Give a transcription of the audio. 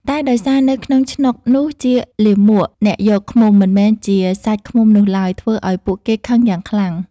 តែដោយសារនៅក្នងឆ្នុកនោះជាលាមកអ្នកយកឃ្មុំ មិនមែនជាសាច់ឃ្មុំនោះឡើយ ធ្វើឲ្យពួកគេខឹងយ៉ាងខ្លាំង។